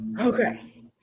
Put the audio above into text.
Okay